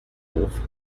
wurf